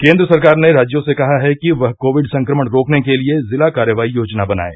केन्द्र सरकार ने राज्यों से कहा है कि वह कोविड संक्रमण रोकने के लिए जिला कार्रवाई योजना बनायें